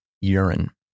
Urine